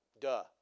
Duh